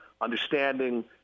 understanding